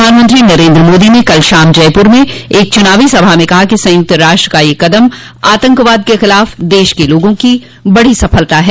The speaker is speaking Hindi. प्रधानमंत्री नरेन्द्र मोदी ने कल शाम जयपुर में एक चुनावी सभा में कहा कि संयुक्त राष्ट्र का यह कदम आतंकवाद के खिलाफ देश के लोगों की बड़ी सफलता है